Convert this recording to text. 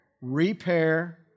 Repair